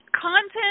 content